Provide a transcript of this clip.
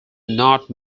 not